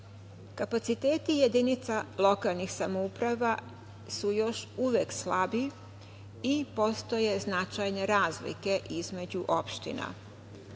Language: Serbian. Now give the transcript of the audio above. Kapaciteti jedinica lokalnih samouprava su još uvek slabi i postoje značajne razlike između opština.